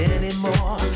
anymore